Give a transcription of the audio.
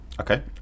Okay